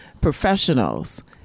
professionals